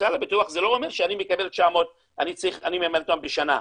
בפוטנציאל הפיתוח זה לא אומר שאני מקבל 900 שאני מממן בשנה.